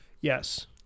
Yes